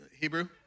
Hebrew